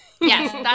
Yes